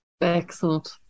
Excellent